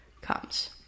comes